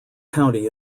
county